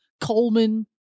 coleman